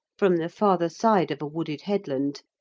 from the farther side of a wooded headland,